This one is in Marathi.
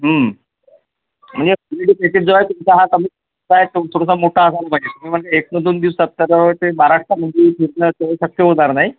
म्हणजे आमच्याकडे पॅकेज जो आहे तुमचा हा तुम्ही प्लॅन तुमचा मोठा असायला पाहिजे तुम्ही म्हणजे एक ते दोन दिवसात कसं आहे ते महाराष्ट्रामध्ये फिरणं ते शक्य होणार नाही